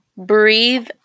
breathe